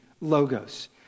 logos